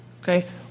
Okay